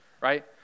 right